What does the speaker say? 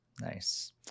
Nice